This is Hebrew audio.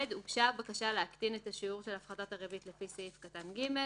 הוגשה בקשה להקטין את השיעור של הפחתת הריבית לפי סעיף קטן (ג),